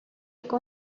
con